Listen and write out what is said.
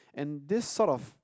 and this sort of